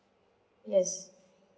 yes